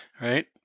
right